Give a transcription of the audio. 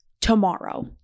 tomorrow